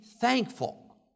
thankful